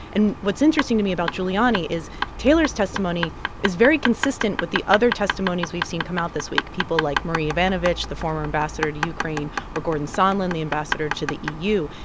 and what's interesting to me about giuliani is taylor's testimony is very consistent with the other testimonies we've seen come out this week, people like marie yovanovitch, the former ambassador to ukraine or gordon sondland, the ambassador to the eu.